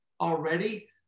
already